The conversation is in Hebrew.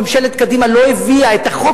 ממשלת קדימה לא הביאה את החוק